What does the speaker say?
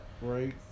Right